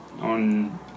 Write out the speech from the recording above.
on